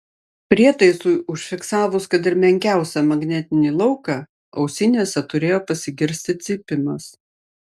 prietaisui užfiksavus kad ir menkiausią magnetinį lauką ausinėse turėjo pasigirsti cypimas